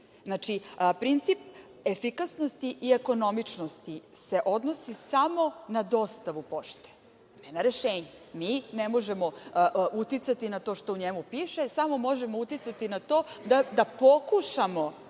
princip efikasnosti i ekonomičnosti se odnosi samo na dostavu pošte, ne na rešenje. Mi ne možemo uticati na to što u njemu piše, samo možemo uticati na to da pokušamo